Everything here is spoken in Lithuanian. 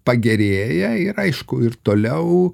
pagerėja ir aišku ir toliau